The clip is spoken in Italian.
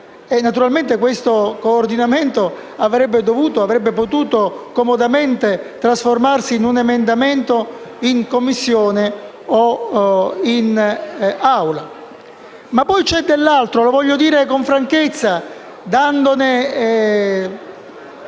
Naturalmente questo coordinamento avrebbe comodamente potuto e dovuto trasformarsi in un emendamento, in Commissione o in Aula. C'è poi dell'altro e lo voglio dire con franchezza, dandone